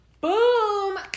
Boom